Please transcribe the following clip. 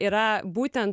yra būtent